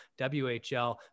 WHL